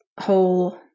whole